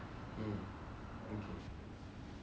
so like for me I